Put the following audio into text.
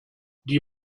die